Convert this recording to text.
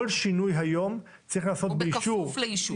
כל שינוי היום צריך לעשות באישור -- או בכפוף לאישור.